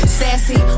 sassy